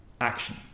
action